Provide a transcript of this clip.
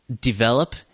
develop